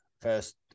first